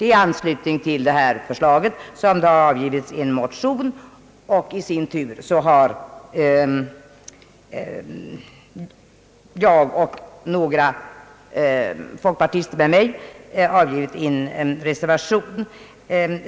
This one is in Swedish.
I anslutning till detta förslag har väckts en motion, och jag och några andra folkpartister har sedan avgivit en reservation.